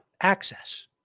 access